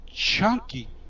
Chunky